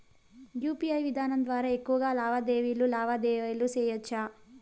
UPI విధానం ద్వారా ఎక్కువగా లావాదేవీలు లావాదేవీలు సేయొచ్చా?